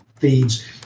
feeds